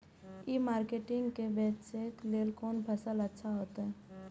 ई market में बेचेक लेल कोन फसल अच्छा होयत?